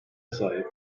sahip